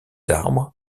arbres